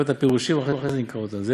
פה הפירושים ואחרי זה נקרא אותם.